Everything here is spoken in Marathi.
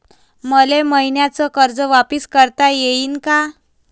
मले मईन्याचं कर्ज वापिस करता येईन का?